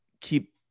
keep